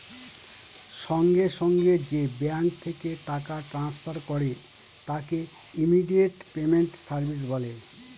সঙ্গে সঙ্গে যে ব্যাঙ্ক থেকে টাকা ট্রান্সফার করে তাকে ইমিডিয়েট পেমেন্ট সার্ভিস বলে